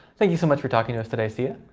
thank you so much for talking to us today siya.